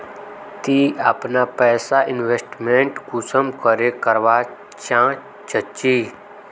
ती अपना पैसा इन्वेस्टमेंट कुंसम करे करवा चाँ चची?